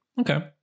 Okay